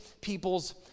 people's